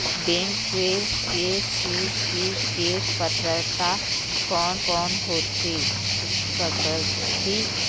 Bank से KCC के पात्रता कोन कौन होथे सकही?